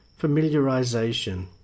Familiarization